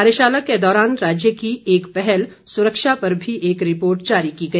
कार्यशाला के दौरान राज्य की एक पहल सुरक्षा पर भी एक रिपोर्ट जारी की गई